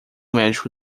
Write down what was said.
médico